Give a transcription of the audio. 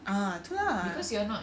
ha tu lah